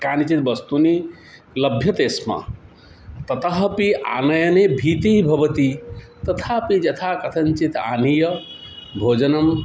कानिचन् वस्तुनि लभ्यते स्म ततः अपि आनयने भीतिः भवति तथापि यथा कथञ्चित् आनीय भोजनं